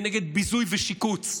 נגד ביזוי ושיקוץ.